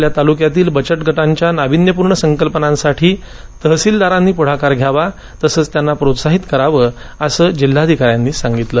आपल्या तालुक्यातील बचत गटांच्या नाविन्यपूर्ण संकल्पनांसाठी तहसीलदारांनी पुढकार घ्यावा तसंघ त्यांना प्रोत्साहित करावं असं यावेळी जिल्हाधिकाऱ्यांनी सांगितलं